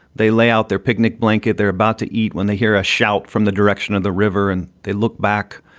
they lay out their picnic blanket. they're about to eat. when they hear a shout from the direction of the river and they look back.